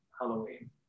Halloween